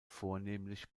vornehmlich